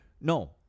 No